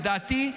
לדעתי,